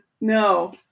no